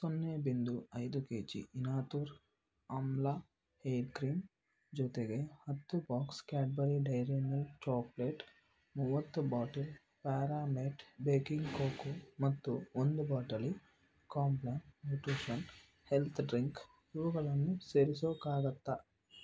ಸೊನ್ನೆ ಬಿಂದು ಐದು ಕೆ ಜಿ ಇನಾತೂರ್ ಆಮ್ಲಾ ಹೇರ್ ಕ್ರೀಮ್ ಜೊತೆಗೆ ಹತ್ತು box Cadbury Dairy Milk chocolate ಮೂವತ್ತು ಬಾಟಲ್ ಪ್ಯಾರಾಮೇಟ್ ಬೇಕಿಂಗ್ ಕೋಕೋ ಮತ್ತು ಒಂದು ಬಾಟಲಿ ಕಾಂಪ್ಲಾನ್ ನ್ಯೂಟ್ರಿಷನ್ ಹೆಲ್ತ್ ಡ್ರಿಂಕ್ ಇವುಗಳನ್ನು ಸೇರಿಸೋಕ್ಕಾಗುತ್ತಾ